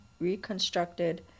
reconstructed